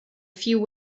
few